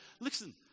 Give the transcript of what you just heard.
Listen